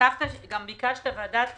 ביקשת ועדת